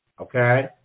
okay